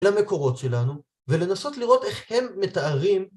למקורות שלנו, ולנסות לראות איך הם מתארים